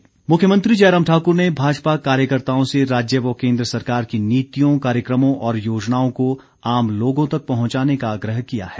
मुख्यमंत्री मुख्यमंत्री जयराम ठाक्र ने भाजपा कार्यकर्ताओं से राज्य व केन्द्र सरकार की नीतियों कार्यक्रमों और योजनाओं को आम लोगों तक पहुंचाने का आग्रह किया है